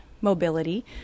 mobility